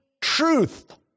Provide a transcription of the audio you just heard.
truth